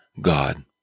God